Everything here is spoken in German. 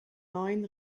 neun